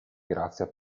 grazia